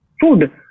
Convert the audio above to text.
food